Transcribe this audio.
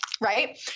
Right